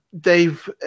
Dave